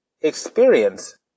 experience